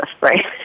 right